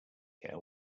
care